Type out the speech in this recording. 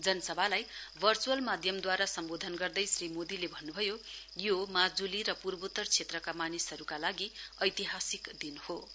जनसभालाई भर्च्अल माध्यमद्वारा सम्बोधन गर्दै श्री मोदीले भन्नुभयो यो माजुली र पूर्वोतर क्षेत्रका मानिसहरुका लागि ऐतिहासिक दिन हे